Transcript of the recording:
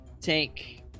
take